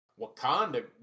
Wakanda